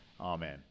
amen